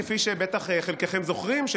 כפי שבטח חלקכם זוכרים,